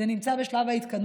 זה כבר נמצא בשלב ההתקדמות,